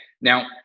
Now